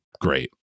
great